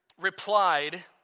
replied